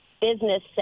business